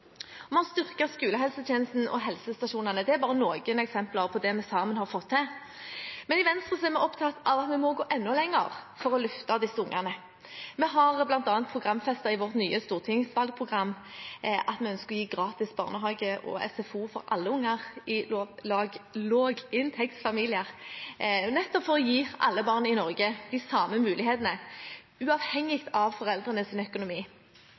og SFO. Vi har styrket skolehelsetjenesten og helsestasjonene. Det er bare noen eksempler på det vi sammen har fått til. Men i Venstre er vi opptatt av at vi må gå enda lenger for å løfte disse barna. Vi har bl.a. i vårt nye stortingsvalgprogram programfestet at vi ønsker å gi gratis barnehage og SFO til alle barn i lavinntektsfamilier, nettopp for å gi alle barn i Norge de samme mulighetene uavhengig av foreldrenes økonomi.